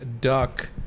duck